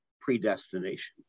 predestination